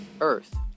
Earth